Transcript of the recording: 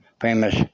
famous